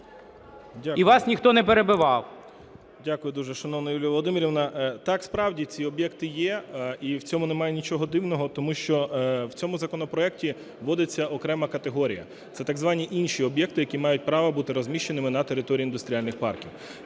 І вас ніхто не перебивав. 13:34:37 НАТАЛУХА Д.А. Дякую дуже. Шановна Юліє Володимирівно, так, справді, ці об'єкти є. І в цьому немає нічого дивного, тому що в цьому законопроекті вводиться окрема категорія, це так звані інші об'єкти, які мають право бути розміщеними на території індустріальних парків.